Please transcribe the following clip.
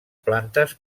plantes